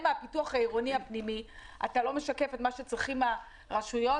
מהפיתוח העירוני הפנימי ולא משקף את מה שצריכות הרשויות.